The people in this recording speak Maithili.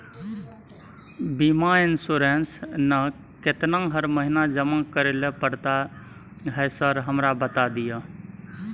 बीमा इन्सुरेंस ना केतना हर महीना जमा करैले पड़ता है सर हमरा बता दिय?